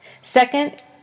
Second